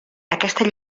aquesta